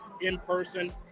in-person